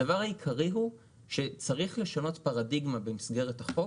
הדבר העיקרי הוא שצריך לשנות פרדיגמה במסגרת החוק.